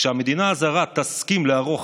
שהמדינה הזרה תסכים לערוך